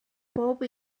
bob